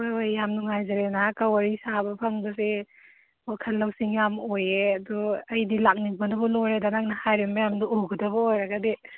ꯍꯣꯏ ꯍꯣꯏ ꯌꯥꯝ ꯅꯨꯡꯉꯥꯏꯖꯔꯦ ꯅꯍꯥꯛꯀ ꯋꯥꯔꯤ ꯁꯥꯕ ꯐꯪꯕꯁꯦ ꯋꯥꯈꯜ ꯂꯧꯁꯤꯡ ꯌꯥꯝ ꯑꯣꯏꯌꯦ ꯑꯗꯣ ꯑꯩꯗꯤ ꯂꯥꯛꯅꯤꯡꯕꯅꯕꯨ ꯂꯣꯏꯔꯦꯗ ꯅꯪꯅ ꯍꯥꯏꯔꯤ ꯃꯌꯥꯝꯗꯨ ꯎꯒꯗꯕ ꯑꯣꯏꯔꯒꯗꯤ